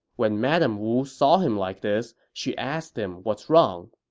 when madame wu saw him like this, she asked him what's wrong.